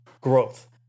growth